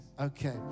Okay